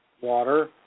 water